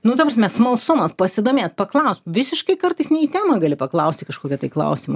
nu ta prasme smalsumas pasidomėt paklaust visiškai kartais ne į temą gali paklausti kažkokio tai klausimo